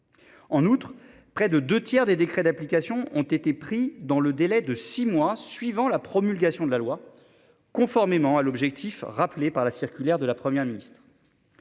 En outre, près de deux tiers des décrets d'application ont été pris dans le délai de 6 mois suivant la promulgation de la loi, conformément à l'objectif rappelé par la circulaire de la Première ministre.